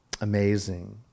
amazing